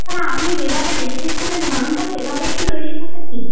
না আপনি যেভাবে দেখিয়ে ছিলেন ধরনটা সেভাবেই তো তৈরি করেছি